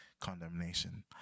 condemnation